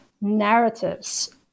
narratives